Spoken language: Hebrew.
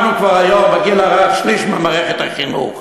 אנחנו כבר היום בגיל הרך שליש ממערכת החינוך,